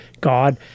God